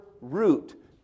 root